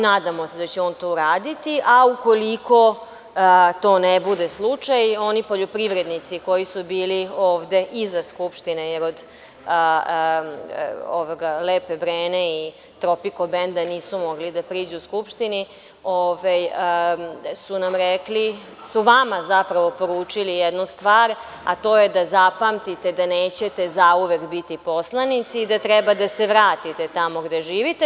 Nadamo se da će on to uraditi, a ukoliko to ne bude slučaj oni poljoprivrednici koji su bili ovde iza Skupštine, jer od Lepe Brene i Tropiko benda nisu mogli da priđu Skupštini, su nam rekli, su vama zapravo poručili jednu stvar, a to je da zapamtite da nećete zauvek biti poslanici i da treba da se vratite tamo gde živite.